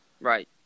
Right